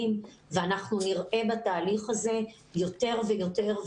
ואנחנו נראה בתהליך הזה יותר ויותר.